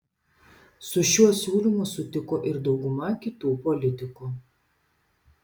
su šiuo siūlymu sutiko ir dauguma kitų politikų